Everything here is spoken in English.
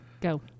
go